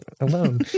alone